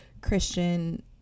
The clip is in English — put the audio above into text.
Christian